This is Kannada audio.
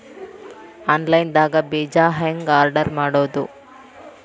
ಆನ್ಲೈನ್ ದಾಗ ಬೇಜಾ ಹೆಂಗ್ ಆರ್ಡರ್ ಮಾಡೋದು?